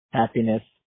happiness